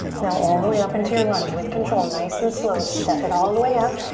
now all the way up into your lunge with control, nice and slow, step it all the way up.